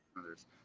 others